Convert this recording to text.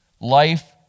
life